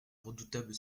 redoutable